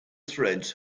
threads